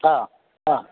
ആ ആ